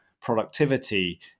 productivity